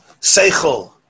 Seichel